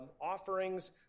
offerings